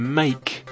make